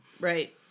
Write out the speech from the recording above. Right